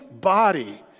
body